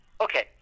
okay –